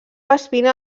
espina